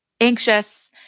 anxious